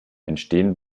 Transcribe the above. entstehen